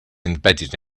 embedded